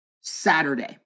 Saturday